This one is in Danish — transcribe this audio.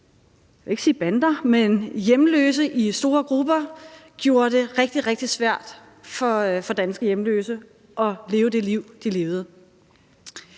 jeg vil ikke sige bander, men hjemløse i store grupper gjorde det rigtig, rigtig svært for danske hjemløse at leve det liv, de levede.